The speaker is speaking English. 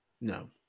No